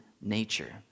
nature